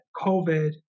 COVID